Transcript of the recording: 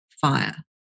fire